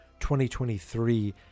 2023